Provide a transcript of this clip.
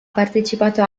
partecipato